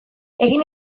egin